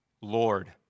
Lord